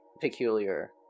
peculiar